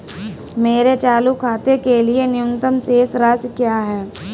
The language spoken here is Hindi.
मेरे चालू खाते के लिए न्यूनतम शेष राशि क्या है?